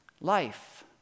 life